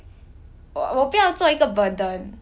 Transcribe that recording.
我我不要做一个 burden